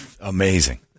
amazing